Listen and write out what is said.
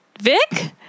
Vic